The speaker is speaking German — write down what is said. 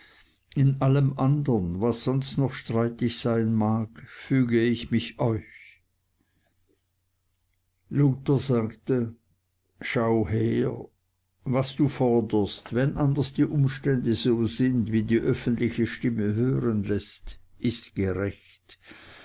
in allem anderen was sonst noch streitig sein mag füge ich mich euch luther sagte schau her was du forderst wenn anders die umstände so sind wie die öffentliche stimme hören läßt ist gerecht